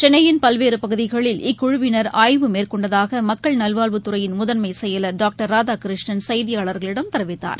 சென்னையின் பல்வேறு பகுதிகளில் இக்குழுவினா் மக்கள் நல்வாழ்வுத்துறையின் முதன்மை செயலர் டாக்டர் ராதாகிருஷ்ணன் செய்தியாளர்களிடம் தெரிவித்தார்